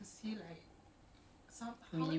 oh ya ya